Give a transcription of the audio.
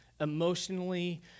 emotionally